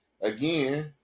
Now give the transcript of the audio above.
again